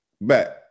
back